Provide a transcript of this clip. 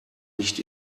nicht